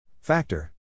Factor